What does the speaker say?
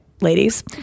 ladies